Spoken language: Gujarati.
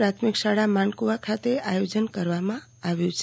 પ્રાથમિક શાળા માનકુવા ખાતે આયોજન કરવામાં આવ્યુ છે